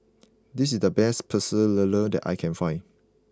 this is the best Pecel Lele that I can find